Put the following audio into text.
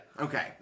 Okay